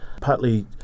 partly